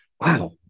wow